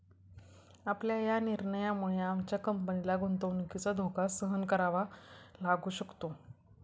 आपल्या या निर्णयामुळे आमच्या कंपनीला गुंतवणुकीचा धोका सहन करावा लागू शकतो